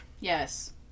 Yes